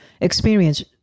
experience